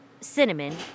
cinnamon